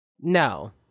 no